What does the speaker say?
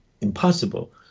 impossible